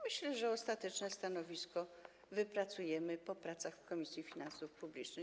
Myślę, że ostateczne stanowisko wypracujemy po pracach w Komisji Finansów Publicznych.